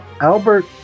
Albert